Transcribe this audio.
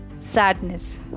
sadness